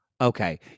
Okay